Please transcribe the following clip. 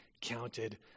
counted